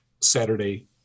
saturday